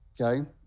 Okay